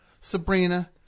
Sabrina